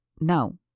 No